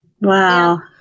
Wow